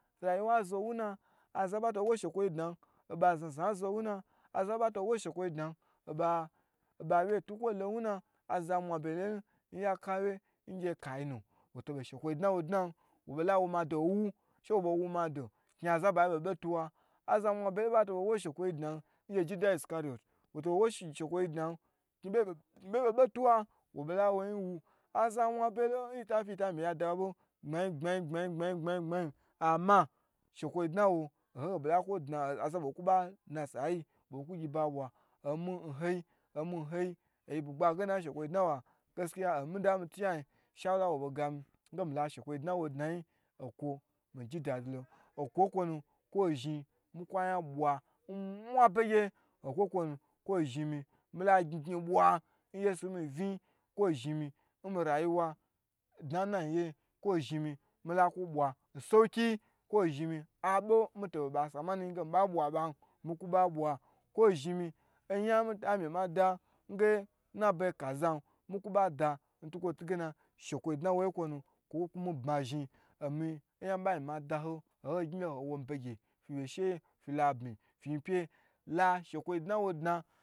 Rayuwa zo wuna aza ba ta wo shekwoyi dna oba zna zna zo wuna aza ba ta wo shekwoyi dna oba wyetu azo wuna aza mwa begye lonu nya kawye ngye kayina woto bei n shekwo dna w yin dna wo bala wo mado wu, she wo bei wuwo mado kni bei nu bo be tuwoh, aza mwa begye nbato bo wo shekwoyi dna ngyye judah iscariot kni bei beibe tuwoh woba ola w yin wu, aza mwa begye lo nlitofi nyi ta mi ya da ba bohun gbmai gbmai gbmai. Ama n ho ho bo la ko dna, aza babo kuba dna nsayiyi ba bo ku gyiba bwa omi n hoi omi nhoi yi zhi bugba gena n shekwo dna woh gachiya omida n mitiya yin shawula nwo bei gami nge mila shekwo bede dna yin okwo miji dadilo okwo kwo nu kwo zhi miji ku ayan bwa n mun beye okwo kwo nu kwo zhimi mi la gyi gyiu bwa nmwa be gyi kwo zhin mi n mi rayuwa dna nnayi ye kwo zhimi mila kwo bwa nsowokiyi, kwo zhimi abo nmito zhin nba sa maniyi ge mi ba bwa ba n miku ba bwa, kwo zhin mi oyan mitami ma dan nge nnabaye kasan miku bada ntukwo tu ge na shekwo dna wo kwo nu kwo ku mi ba zhini omi ya mi ba mi ma da ho nho ho gni lo hoi wo mi be gye fi wye sheye, fi labmi fi yinpyu yi yi la shekwo dna wo dna